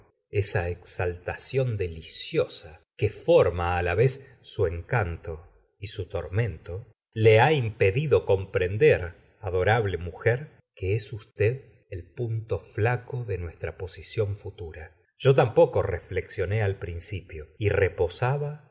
esa exaltación deliciosa que forma á la vez su en canto y su tormento le ha impedido comprender adorable mujer que es usted el punto tlaco de nues tra posición futura yo tampoco reflexioné al prin cipio y reposaba á